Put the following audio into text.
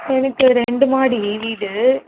சரி சரி ரெண்டு மாடி வீடு